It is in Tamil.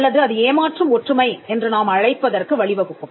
அல்லது அது ஏமாற்றும் ஒற்றுமை என்று நாம் அழைப்பதற்கு வழிவகுக்கும்